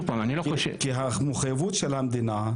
המחויבות של המדינה,